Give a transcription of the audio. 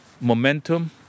momentum